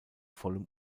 vollem